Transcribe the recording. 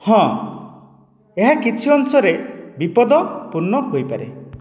ହଁ ଏହା କିଛି ଅଂଶରେ ବିପଦପୂର୍ଣ୍ଣ ହୋଇପାରେ